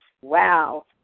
wow